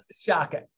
shocking